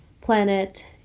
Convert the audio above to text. planet